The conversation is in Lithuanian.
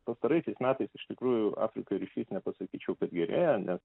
pastaraisiais metais iš tikrųjų afrikoj ryšys nepasakyčiau kad gerėja nes